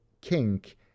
kink